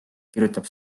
kirjutab